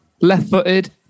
Left-footed